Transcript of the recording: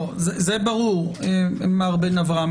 זה ברור, מר בן אברהם.